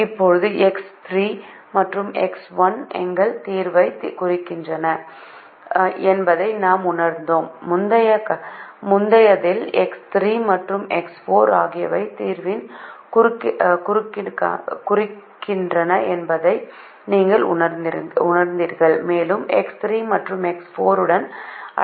இப்போது எக்ஸ் 3 மற்றும் எக்ஸ் 1 எங்கள் தீர்வைக் குறிக்கின்றன என்பதை நாம் உணர்ந்தோம் முந்தையதில் எக்ஸ் 3 மற்றும் எக்ஸ் 4 ஆகியவை தீர்வைக் குறிக்கின்றன என்பதை நீங்கள் உணர்ந்தீர்கள் மேலும் எக்ஸ் 3 மற்றும் எக்ஸ் 4 உடன் அடையாள மேட்ரிக்ஸைக் கண்டோம்